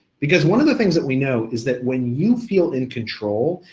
because one of the things that we know is that when you feel in control,